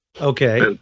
Okay